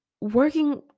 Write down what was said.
working